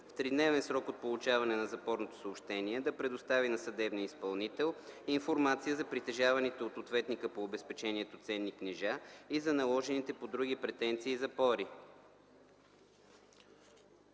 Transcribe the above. в 3-дневен срок от получаване на запорното съобщение да предостави на съдебния изпълнител информация за притежаваните от ответника по обезпечението ценни книжа и за наложените по други претенции запори.